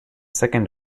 second